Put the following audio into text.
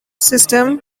system